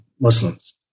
Muslims